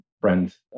friends